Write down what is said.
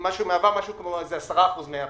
היא מהווה כ-10% מפעילותה.